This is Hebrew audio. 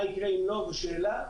מה יקרה אם לא, זו שאלה.